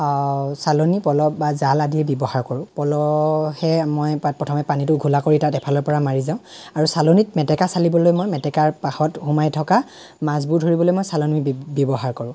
চালনি পলহ বা জাল আদিয়ে ব্যৱহাৰ কৰোঁ পলহে মই ত প্ৰাক প্ৰথমে পানীটো ঘোলা কৰি মই তাত এফালৰ পৰা মাৰি যাওঁ আৰু চালনিত মেতেকা চালিবলৈ মই মেতেকাৰ কাষত সোমাই থকা মাছবোৰ ধৰিবলৈ মই চালনি ব্য ব্যৱহাৰ কৰোঁ